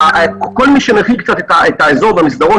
כל מי שמכיר קצת את האזור במסדרון,